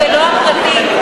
ולא הפרטי.